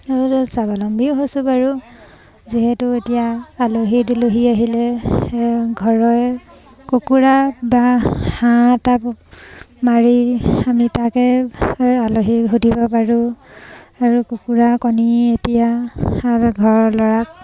আৰু স্বাৱলম্বীও হৈছোঁ বাৰু যিহেতু এতিয়া আলহী দুলহী আহিলে ঘৰৰে কুকুৰা বা হাঁহ এটা মাৰি আমি তাকে আলহী সুধিব পাৰোঁ আৰু কুকুৰা কণী এতিয়া ঘৰৰ ল'ৰাক